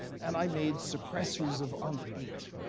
and i made suppressors of unc eight